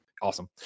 awesome